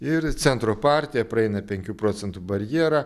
ir centro partija praeina penkių procentų barjerą